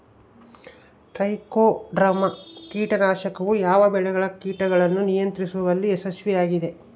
Trichoderma ಕೇಟನಾಶಕವು ಯಾವ ಬೆಳೆಗಳ ಕೇಟಗಳನ್ನು ನಿಯಂತ್ರಿಸುವಲ್ಲಿ ಯಶಸ್ವಿಯಾಗಿದೆ?